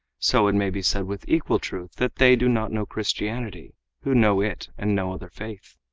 so it may be said with equal truth that they do not know christianity who know it and no other faith.